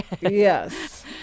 Yes